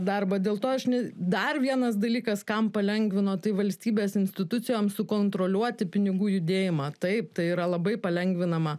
darbą dėl to aš ne dar vienas dalykas kam palengvino tai valstybės institucijoms sukontroliuoti pinigų judėjimą taip tai yra labai palengvinama